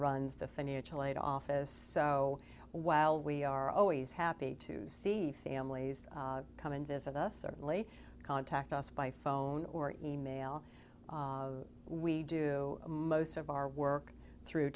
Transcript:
runs the financial aid office so while we are always happy to see families come and visit us certainly contact us by phone or e mail we do most of our work through